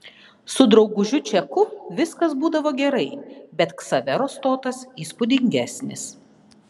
su draugužiu čeku viskas būdavo gerai bet ksavero stotas įspūdingesnis